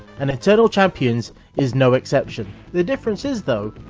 and eternal champions is no exception. the difference is, though,